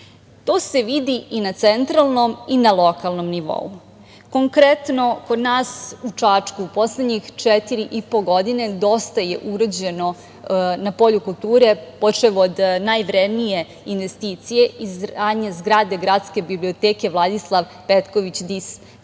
se vidi i na centralnom i na lokalnom nivou. Konkretno kod nas u Čačku, u poslednjih četiri i po godine dosta je urađeno na polju kulture, počev od najvrednije investicije izgradnje zgrade Gradske biblioteke „Vladislav Petković Dis“ preko